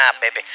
baby